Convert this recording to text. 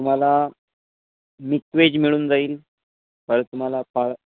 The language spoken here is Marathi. तुम्हाला मिक्स व्हेज मिळून जाईल परत तुम्हाला काही पाळ